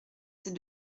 ces